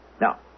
Now